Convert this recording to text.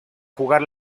jugar